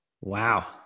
Wow